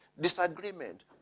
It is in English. disagreement